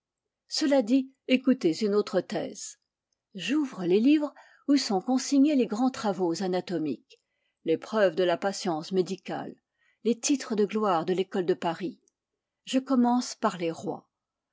cela dit écoutez une autre thèse j'ouvre les livres où sont consignés les grands travaux anatomiques les preuves de la patience médicale les titres de gloire de l'école de paris je commence par les rois